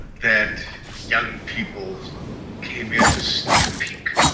that young people came in to sneak a peek